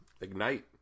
Ignite